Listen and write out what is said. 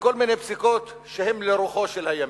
בכל מיני פסיקות שהן לרוחו של הימין.